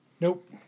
Nope